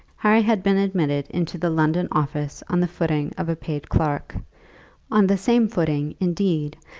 harry had been admitted into the london office on the footing of a paid clerk on the same footing, indeed,